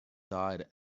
died